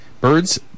Birds